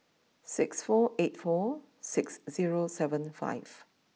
six four eight four six zero seven five